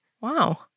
Wow